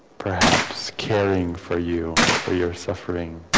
perhaps caring for you for your suffering